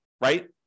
right